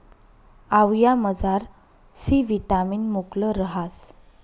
आवयामझार C vitamin मुकलं रहास